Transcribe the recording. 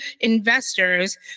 investors